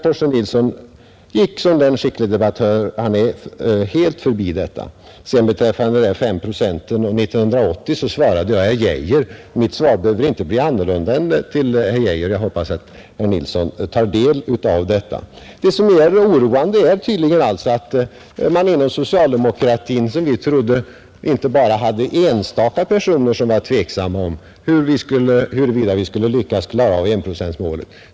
Torsten Nilsson gick såsom den skicklige debattör han är helt förbi denna fråga. Beträffande de fem procenten 1980 svarade jag herr Geijer. Mitt svar nu behöver inte bli annorlunda än det till herr Geijer. Jag hoppas att herr Nilsson tar del av detta. Det som är oroande är tydligen att man inom socialdemokratin, som vi trodde, inte bara hade enstaka personer som var tveksamma om huruvida vi skall kunna klara av enprocentsmålet.